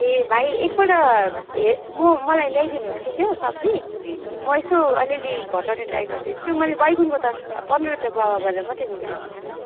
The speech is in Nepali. ए भाइ एकपल्ट हे म मलाई ल्याइदिनु होस् कि त्यो सब्जी म यसो अलिअलि घटाउने ट्राई गरिदिन्छु मैले बैगुनको त पन्ध्र रुपियाँ पौवा गरेर मात्रै जोडेको छु नि भाइ